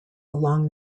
along